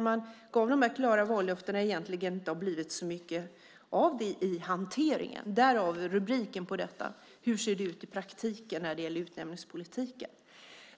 med de klara vallöftena har det inte blivit så mycket av i hanteringen - därav rubriken på denna interpellation om hur det ser ut i praktiken när det gäller utnämningspolitiken.